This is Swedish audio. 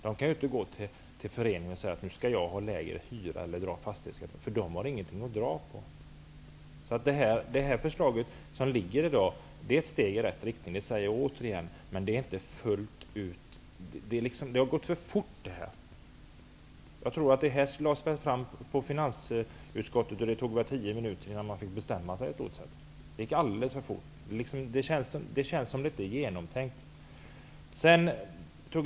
De kan inte gå till föreningen och säga att de har rätt att betala en lägre avgift. Det förslag som ligger är ett steg i rätt riktning, det säger jag återigen, men det fungerar inte fullt ut. Det har gått för fort det här. När förslaget lades fram i utskottet fick man i stort sett tio minuter innan man måste bestämma sig. Det känns som om det inte är genomtänkt.